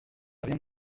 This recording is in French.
rien